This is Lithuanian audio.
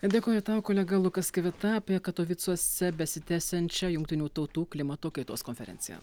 dėkoju tau kolega lukas kivita apie katovicuose besitęsiančią jungtinių tautų klimato kaitos konferenciją